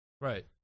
Right